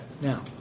Now